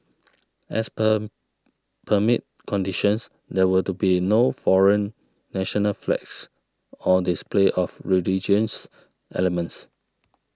as per permit conditions there were to be no foreign national flags or display of religious elements